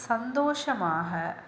சந்தோஷமாக